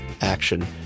action